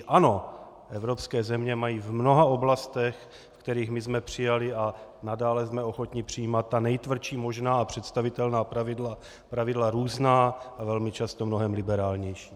Ano, evropské země mají v mnoha oblastech, v kterých my jsme přijali a nadále jsme ochotni přijímat ta nejtvrdší možná a představitelná pravidla různá a velmi často mnohem liberálnější.